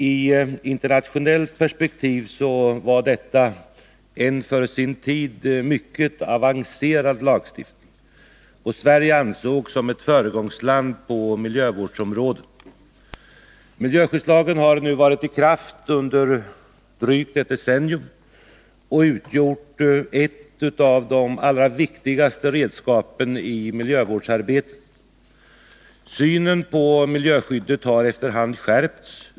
I internationellt perspektiv var detta en för sin tid mycket avancerad lagstiftning, och Sverige ansågs som ett föregångsland på miljövårdsområdet. Miljöskyddslagen har nu varit i kraft under drygt ett decennium och utgjort ett av de allra viktigaste redskapen i miljövårdsarbetet. Synen på miljöskyddet har efter hand skärpts.